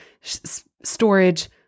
storage